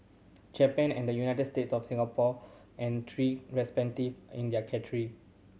Japan and the United States of Singapore and three respective in their country